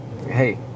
Hey